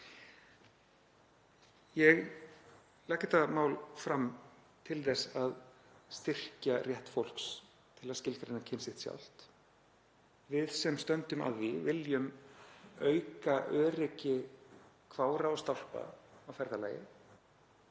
Ég legg þetta mál fram til að styrkja rétt fólks til að skilgreina kyn sitt sjálft. Við sem stöndum að því viljum auka öryggi kvára og stálpa á ferðalagi.